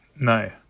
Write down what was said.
No